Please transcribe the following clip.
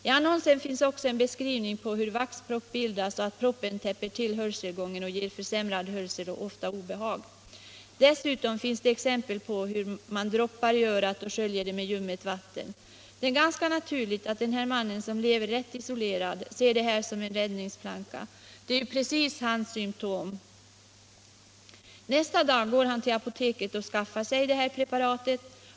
I annonsen fanns en beskrivning av hur en vaxpropp bildas, och där stod det också att proppen täpper till hörselgången samt ger försämrad hörsel och ofta medför obehag. Dessutom fanns det en anvisning om hur man själv kunde droppa preparatet i örat och skölja med ljumt vatten. Det var då ganska naturligt att mannen, som lever rätt isolerat, såg detta medel som en räddningsplanka — det var ju precis samma symtom uppräknade i annonsen som dem han hade! Nästa dag gick han därför till apoteket och skaffade sig preparatet.